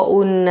un